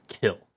kill